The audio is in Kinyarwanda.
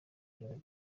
ijuru